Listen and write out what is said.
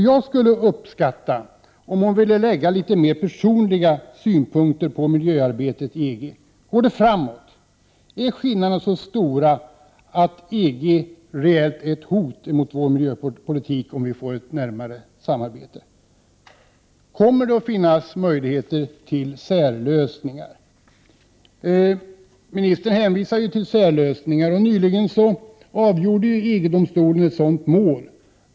Jag skulle uppskatta litet mer personliga synpunkter från henne på miljöarbetet i EG. Går detta arbete framåt? Är skillnaderna så stora att EG reellt blir ett hot mot vår miljöpolitik i händelse av ett närmare samarbete här? Kommer det att finnas möjligheter till särlösningar? Ministern hänvisar ju till särlösningar, och nyligen avgjorde EG-domstolen ett sådant mål.